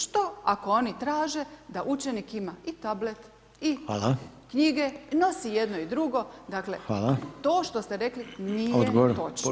Što ako oni traže da učenik ima i tablete i knjige, nosi i jedno i drugo dakle, to što ste rekli nije točno.